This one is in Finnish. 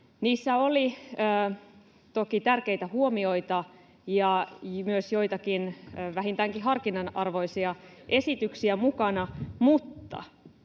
Niissä oli toki tärkeitä huomioita ja myös joitakin vähintäänkin harkinnan arvoisia esityksiä mukana, mutta